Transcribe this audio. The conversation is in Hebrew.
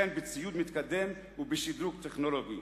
וכן בציוד מתקדם ובשדרוג טכנולוגי.